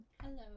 hello